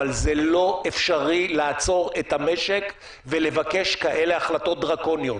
אבל זה לא אפשרי לעצור את המשק ולבקש כאלה החלטות דרקוניות.